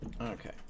Okay